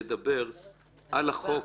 לדבר באופן כללי על החוק,